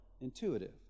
intuitive